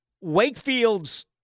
Wakefield's